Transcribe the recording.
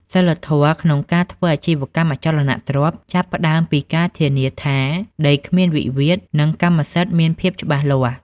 សីលធម៌ក្នុងការធ្វើអាជីវកម្មអចលនទ្រព្យ ចាប់ផ្ដើមពីការធានាថា "ដីគ្មានវិវាទ និងកម្មសិទ្ធិមានភាពច្បាស់លាស់"។